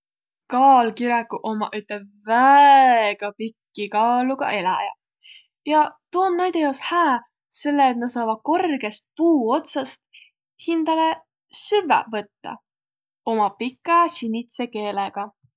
Kaalkiräguq ommaq üteq väega pikki kaaluga eläjäq. Ja tuu om näide jaos hää, selle et nä saavaq korgõst puu otsast hindäle süvväq võttaq uma pikä sinidse keelegaq.